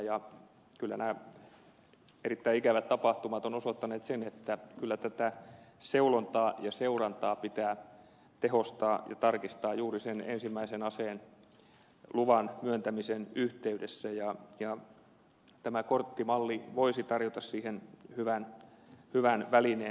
ja nämä erittäin ikävät tapahtumat ovat osoittaneet sen että kyllä tätä seulontaa ja seurantaa pitää tehostaa ja tarkistaa juuri sen ensimmäisen aseen luvan myöntämisen yhteydessä ja tämä korttimalli voisi tarjota siihen hyvän välineen